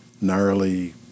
gnarly